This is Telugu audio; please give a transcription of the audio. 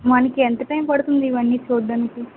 మనకి ఎంత టైం పడుతుంది ఇవన్నీ చూడడానికి